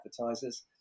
advertisers